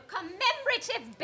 Commemorative